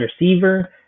receiver